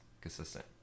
consistent